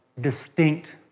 distinct